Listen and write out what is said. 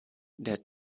der